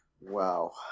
Wow